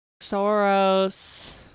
Soros